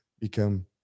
become